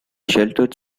sheltered